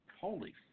Holy